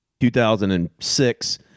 2006